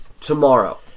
tomorrow